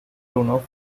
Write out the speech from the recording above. bruno